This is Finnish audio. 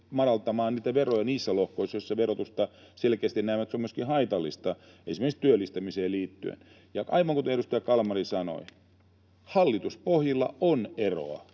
madaltamaan veroja niissä lohkoissa, joissa selkeästi näemme, että verotus on haitallista, esimerkiksi työllistämiseen liittyen. Ja aivan kuten edustaja Kalmari sanoi, hallituspohjilla on eroa